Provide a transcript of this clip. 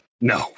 No